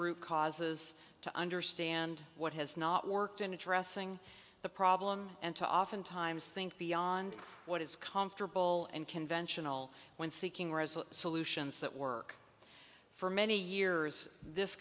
root causes to understand what has not worked in addressing the problem and to oftentimes think beyond what is comfortable and conventional when seeking resolute solutions that work for many years this